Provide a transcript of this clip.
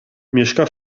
mieszka